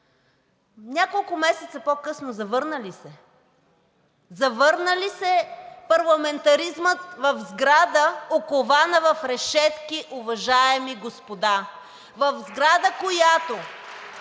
Няколко месеца по-късно завърна ли се? Завърна ли се парламентаризмът в сграда, окована в решетки, уважаеми господа? В сграда